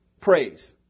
Praise